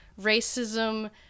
racism